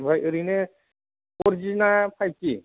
आमफ्राय ओरैनो four G ना फाइभ जि